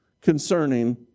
concerning